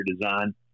design